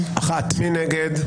מי נגד?